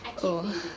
I keep failing